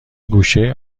گوشه